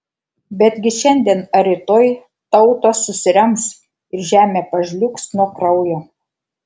betgi šiandien ar rytoj tautos susirems ir žemė pažliugs nuo kraujo